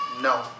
no